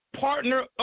partner